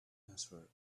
answered